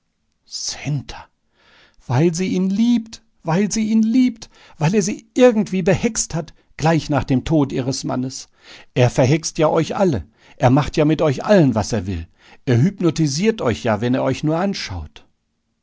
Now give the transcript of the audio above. centa weil sie ihn liebt weil sie ihn liebt weil er sie irgendwie behext hat gleich nach dem tod ihres mannes er verhext ja euch alle er macht ja mit euch allen was er will er hypnotisiert euch ja wenn er euch nur anschaut